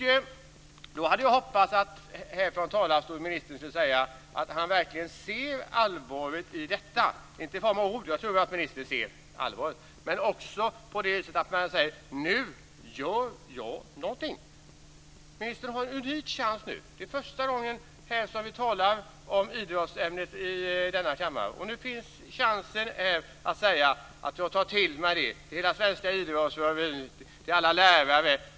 Jag hade hoppats att ministern här från talarstolen skulle säga att han verkligen ser allvaret i detta. Jag tror att ministern ser allvaret. Men han måste också se det på det viset att han säger: Nu gör jag någonting. Ministern har nu en unik chans. Det är första gången som vi talar om idrottsämnet i denna kammare. Nu finns chansen för ministern att säga: Jag tar till mig det. Det kan ministern säga till den svenska idrottsrörelsen och alla lärare.